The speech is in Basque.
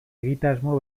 egitasmo